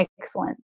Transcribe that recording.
excellent